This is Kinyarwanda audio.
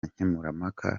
nkemurampaka